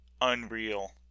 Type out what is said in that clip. unreal